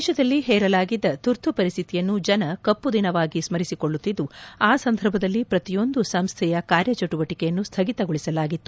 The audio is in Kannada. ದೇಶದಲ್ಲಿ ಹೇರಲಾಗಿದ್ದ ತುರ್ತು ಪರಿಸ್ಥಿತಿಯನ್ನು ಜನ ಕಪ್ಪು ದಿನವಾಗಿ ಸ್ಟರಿಸಿಕೊಳ್ಳುತ್ತಿದ್ದು ಆ ಸಂದರ್ಭದಲ್ಲಿ ಪ್ರತಿಯೊಂದು ಸಂಸ್ಥೆಯ ಕಾರ್ಯಚಟುವಟಿಕೆಯನ್ನು ಸ್ಥಗಿತಗೊಳಿಸಲಾಗಿತ್ತು